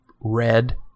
red